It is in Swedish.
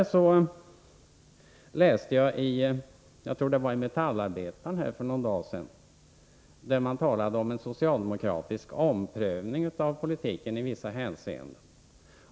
Jag läste en artikel i Metallarbetaren för någon dag sedan. Där talades det om en omprövning av den socialdemokratiska politiken i vissa hänseenden.